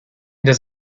does